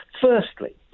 firstly